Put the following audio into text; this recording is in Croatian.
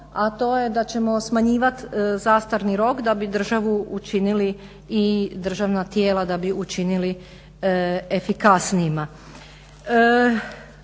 a to je da ćemo smanjivati zastarni rok da bi državu učinili i državna